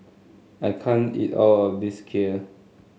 I can't eat all of this Kheer